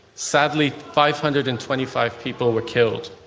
sadly five hundred and twenty five people were killed.